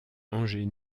angers